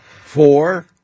Four